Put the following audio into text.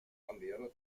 candidato